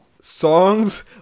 songs